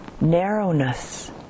narrowness